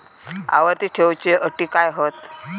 आवर्ती ठेव च्यो अटी काय हत?